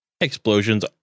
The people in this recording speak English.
explosions